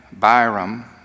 Byram